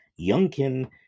Youngkin